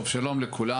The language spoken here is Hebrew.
טוב, אז שלום לכולם.